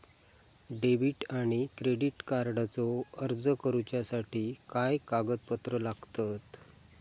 Debit आणि credit कार्डचो अर्ज करुच्यासाठी काय कागदपत्र लागतत?